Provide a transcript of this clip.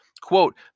Quote